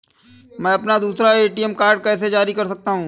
मैं अपना दूसरा ए.टी.एम कार्ड कैसे जारी कर सकता हूँ?